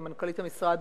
עם מנכ"לית המשרד,